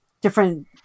different